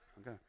Okay